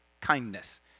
kindness